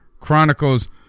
Chronicles